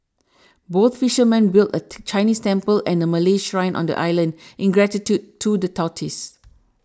both fishermen built a Chinese temple and a Malay shrine on the island in gratitude to the tortoise